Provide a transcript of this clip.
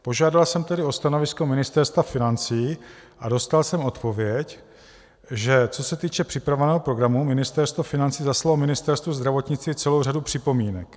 Požádal jsem tedy o stanovisko Ministerstvo financí a dostal jsem odpověď, že co se týče připravovaného programu, Ministerstvo financí zaslalo Ministerstvu zdravotnictví celou řadu připomínek.